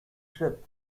trip